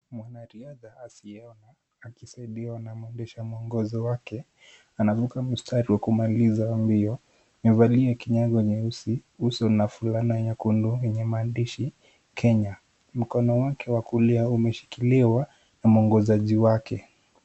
Mwanariadha asiyeona, akisaidiwa na mwendesha mwongozo wake, anavuka mstari wa kumaliza mbio. Amevalia kinyago nyeusi uso na fulana nyekundu yenye maandishi Kenya. Mkono wake wa kulia umeshikiliwa na mwongozaji wake.